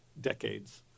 decades